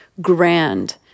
grand